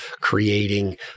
creating